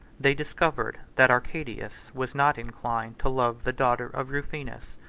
they discovered that arcadius was not inclined to love the daughter of rufinus,